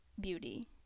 beauty